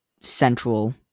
central